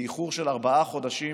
באיחור של ארבעה חודשים,